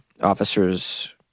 Officers